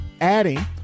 adding